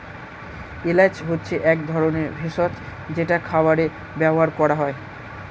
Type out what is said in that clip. এলাচ হচ্ছে এক ধরনের ভেষজ যেটা খাবারে ব্যবহার করা হয়